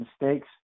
Mistakes